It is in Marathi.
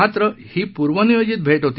मात्र ही पूर्वनियोजित भेट होती